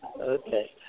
Okay